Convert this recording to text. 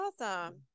awesome